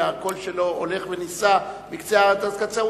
שהקול שלו הולך ונישא מקצה הארץ ועד קצה,